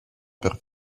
per